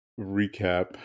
recap